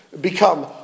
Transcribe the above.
become